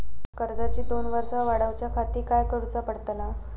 कर्जाची दोन वर्सा वाढवच्याखाती काय करुचा पडताला?